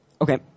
Okay